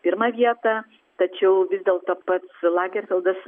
pirmą vietą tačiau vis dėlto pats lagerfeldas